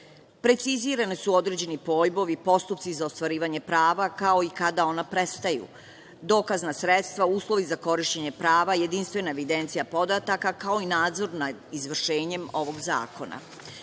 Precizirani su određeni pojmovi i postupci za ostvarivanje prava, kao i kada ona prestaju. Dokazna sredstva, uslovi za korišćenje prava, jedinstvena evidencija podataka, kao i nadzor nad izvršenjem ovog zakona. Zakonom